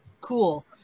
Cool